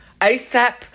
ASAP